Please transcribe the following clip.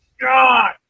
God